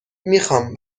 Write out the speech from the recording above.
میخام